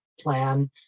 plan